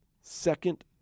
second